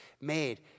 made